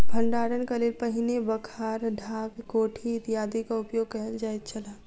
भंडारणक लेल पहिने बखार, ढाक, कोठी इत्यादिक उपयोग कयल जाइत छल